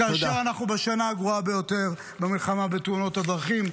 -- כאשר אנחנו בשנה הגרועה ביותר במלחמה בתאונות הדרכים.